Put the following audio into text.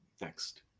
Next